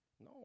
No